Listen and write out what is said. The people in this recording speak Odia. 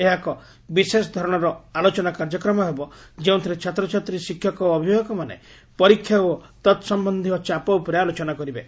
ଏହା ଏକ ବିଶେଷଧରଣର ଆଲୋଚନା କାର୍ଯ୍ୟକ୍ରମହେବ ଯେଉଁଥିରେ ଛାତ୍ରଛାତ୍ରୀ ଶିକ୍ଷକ ଓ ଅଭିଭାବକମାନେ ପରୀକ୍ଷା ଓ ତତ୍ସମ୍ବନ୍ଧୀୟ ଚାପ ଉପରେ ଆଲୋଚନା କରିବେ